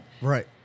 Right